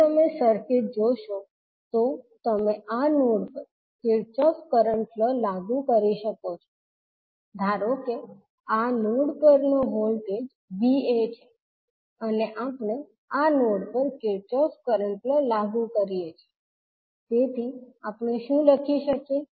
જો તમે સર્કિટ જોશો તો તમે આ નોડ પર કિર્ચોફ કરંટ લો લાગુ કરી શકો છો ધારો કે આ નોડ પરનો વોલ્ટેજ Va છે અને આપણે આ નોડ પર કિર્ચોફ કરંટ લો લાગુ કરીએ છીએ તેથી આપણે શું લખી શકીએ